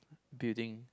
building